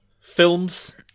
films